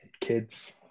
kids